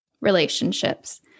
relationships